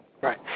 Right